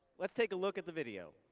let's take a look at the video.